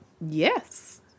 Yes